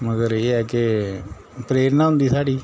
मगर एह् ऐ कि प्रेरणा होंदी स्हाड़ी